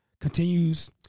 continues